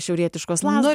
šiaurietiškos lazdos